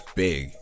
big